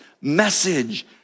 message